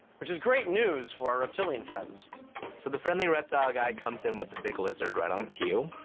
which is great news for our reptilian friends. so the friendly reptile guy comes in with the big lizard right on cue,